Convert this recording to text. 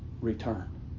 return